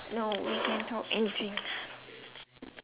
no we can talk anything